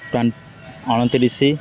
ten ଅଣତିରିଶି